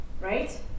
right